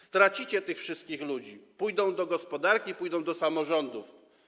Stracicie tych wszystkich ludzi, pójdą do gospodarki, pójdą do samorządów.